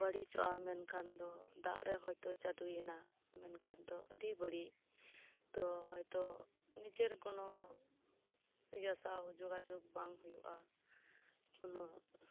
ᱵᱟᱲᱤᱡᱚᱜᱼᱟ ᱢᱮᱱᱠᱷᱟᱱ ᱫᱚ ᱫᱟᱜ ᱨᱮ ᱦᱚᱭ ᱛᱚ ᱪᱟᱰᱳᱭᱮᱱᱟ ᱢᱮᱱᱠᱷᱟᱱ ᱫᱚ ᱟᱰᱤ ᱵᱟᱲᱤᱡ ᱛᱚ ᱦᱚᱭ ᱛᱚ ᱱᱤᱡᱮᱨ ᱠᱳᱱᱳ ᱤᱭᱟᱹ ᱥᱟᱶ ᱡᱳᱜᱟᱡᱳᱜᱽ ᱵᱟᱝ ᱦᱳᱭᱳᱜᱼᱟ ᱠᱳᱱᱳ